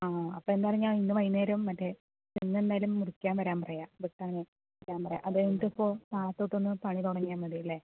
ആ അപ്പോൾ എന്തായാലും ഞാൻ ഇന്ന് വൈകുന്നേരം മറ്റേ ഇന്നെന്തായാലും മുറിക്കാൻ വരാൻ പറയാം വെട്ടാനേ വെട്ടാൻ പറയാം അതുകഴിഞ്ഞിട്ട് ഇപ്പോൾ നാളെത്തൊട്ടൊന്ന് പണി തുടങ്ങിയാൽ മതിയല്ലേ